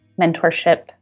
mentorship